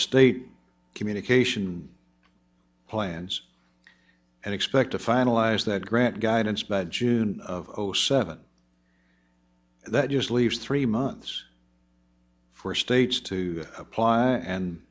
state communication plans and expect to finalize that grant guidance by june of zero seven that just leaves three months for states to apply